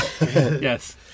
Yes